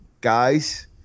guys